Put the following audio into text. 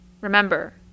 Remember